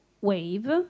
wave